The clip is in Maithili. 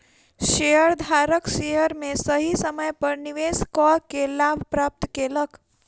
शेयरधारक शेयर में सही समय पर निवेश कअ के लाभ प्राप्त केलक